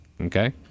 okay